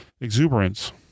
exuberance